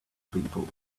people